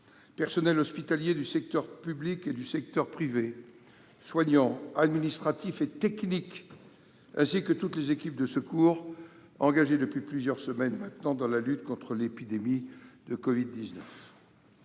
personnels hospitaliers des secteurs public et privé, soignants, administratifs ou techniques, ainsi que toutes les équipes de secours -qui sont engagés depuis plusieurs semaines maintenant dans la lutte contre l'épidémie de Covid-19.